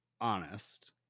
honest